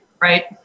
right